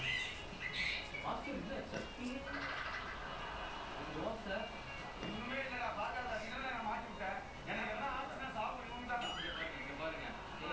damn sad like it's damn sad to like a fellow indian அந்தமாரி பாக்கமோது:anthamaari paakkamothu damn sad lah because like not only my friend but like just to see someone you know like risk their life like that damn sad lah